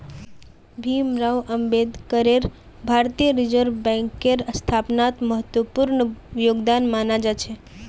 भीमराव अम्बेडकरेर भारतीय रिजर्ब बैंकेर स्थापनात महत्वपूर्ण योगदान माना जा छे